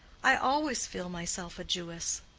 i always feel myself a jewess.